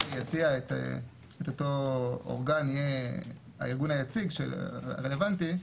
שיציע את אותו אורגן יהיה הארגון היציג הרלוונטי,